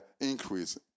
increase